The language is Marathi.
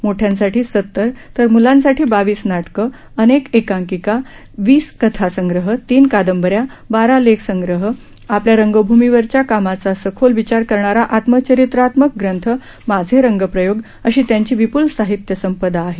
मोठ्यांसाठी सत्तर तर मुलांसाठी बावीस नाटकं अनेक एकांकिका वीस कथासंग्रह तीन कादंबऱ्या बारा लेख संग्रह आपल्या रंगभूमीवरल्या कामाचा सखोल विचार करणारा आत्मचरित्रात्मक ग्रंथ माझे रंगप्रयोग अशी त्यांची विप्ल साहित्यसंपदा आहे